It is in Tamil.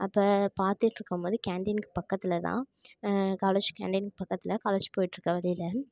அப்போ பார்த்துட்ருக்கம் போது கேண்டீனுக்கு பக்கத்தில்தான் காலேஜ் கேண்டீன் பக்கத்தில் காலேஜ் போயிட்டிருக்க வழியில்